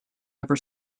ever